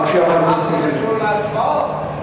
מה זה קשור להצבעות?